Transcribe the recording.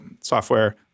software